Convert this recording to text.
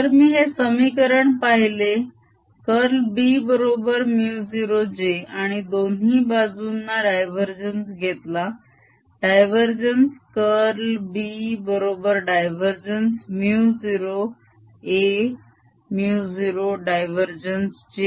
जर मी हे समीकरण पाहिले कर्ल B बरोबर μ0j आणि दोन्ही बाजूंना डायवरजेन्स घेतला डायवरजेन्स कर्ल b बरोबर डायवरजेन्स μ0 a μ0 डायवरजेन्स j